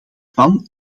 van